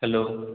hello